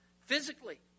Physically